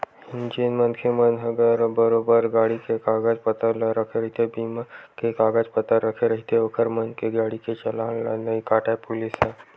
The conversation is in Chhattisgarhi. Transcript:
जेन मनखे मन ह बरोबर गाड़ी के कागज पतर ला रखे रहिथे बीमा के कागज पतर रखे रहिथे ओखर मन के गाड़ी के चलान ला नइ काटय पुलिस ह